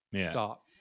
stop